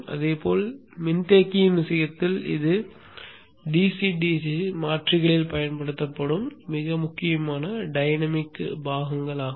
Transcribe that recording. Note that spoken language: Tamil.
அதேபோல் மின்தேக்கியின் விஷயத்தில் இது DC DC மாற்றிகளில் பயன்படுத்தப்படும் மிக முக்கியமான டைனமிக் பாகங்கள் ஆகும்